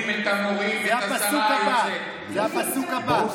המורים ואת השרה היוצאת, זה הפסוק הבא.